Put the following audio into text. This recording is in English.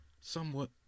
somewhat